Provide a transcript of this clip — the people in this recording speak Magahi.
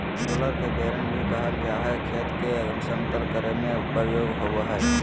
रोलर के बेलन भी कहल जा हई, खेत के समतल करे में प्रयोग होवअ हई